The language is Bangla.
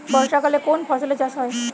বর্ষাকালে কোন ফসলের চাষ হয়?